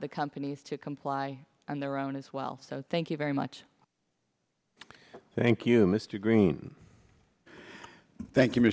the companies to comply and their own as well so thank you very much thank you mr green thank you m